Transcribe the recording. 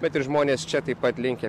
bet ir žmonės čia taip pat linkę